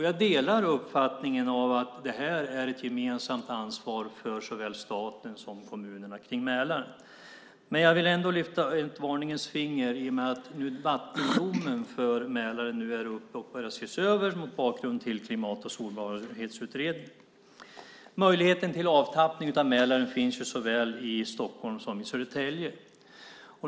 Jag delar uppfattningen att det här är ett gemensamt ansvar för staten och kommunerna kring Mälaren. Men jag vill ändå lyfta ett varningens finger i och med att vattendomen för Mälaren nu är uppe och ses över mot bakgrund av Klimat och sårbarhetsutredningen. Möjligheten till avtappning av Mälaren finns såväl i Stockholm som i Södertälje.